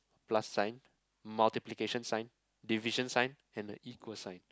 plus sign multiplication sign division sign and a equal sign